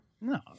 No